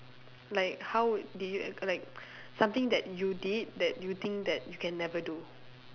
like how would did you like something that you did that you think that you can never do